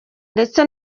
ndetse